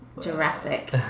Jurassic